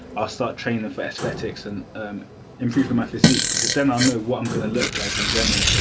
i'll start training for aesthetics and improve for my physique because then i'll know what i'm gonna look like in general.